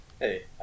Hey